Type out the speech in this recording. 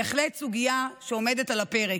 בהחלט סוגיה שעומדת על הפרק.